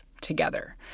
together